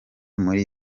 muri